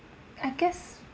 I guess